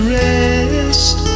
rest